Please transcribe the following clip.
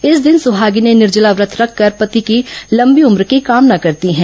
इस दिन सुहागिनें निर्जला व्रत रखकर पति की लंबी उम्र की कामना करती हैं